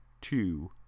two